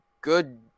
good